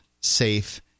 safe